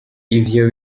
ivyo